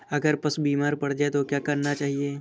अगर पशु बीमार पड़ जाय तो क्या करना चाहिए?